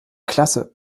klasse